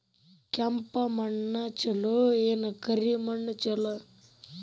ಕೆಂಪ ಮಣ್ಣ ಛಲೋ ಏನ್ ಕರಿ ಮಣ್ಣ ಛಲೋ?